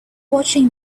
watching